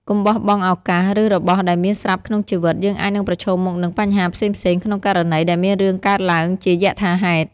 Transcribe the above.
កុំបោះបង់ឱកាស ឬរបស់ដែលមានស្រាប់ក្នុងជីវិត យើងអាចនឹងប្រឈមមុខនឹងបញ្ហាផ្សេងៗ ក្នុងករណីដែលមានរឿងកើតឡើងជាយថាហេតុ។